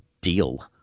deal